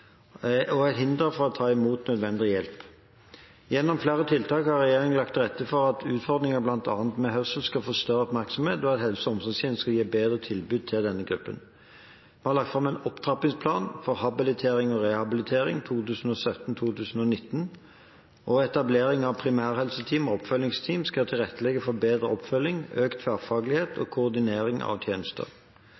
og et hinder for å ta imot nødvendig hjelp. Gjennom flere tiltak har regjeringen lagt til rette for at utfordringer med bl.a. hørsel skal få større oppmerksomhet, og at helse- og omsorgstjenesten skal gi et bedre tilbud til denne gruppen. Vi har lagt fram Opptrappingsplan for habilitering og rehabilitering 2017–2019, og etablering av primærhelseteam og oppfølgingsteam skal tilrettelegge for bedre oppfølging, økt tverrfaglighet og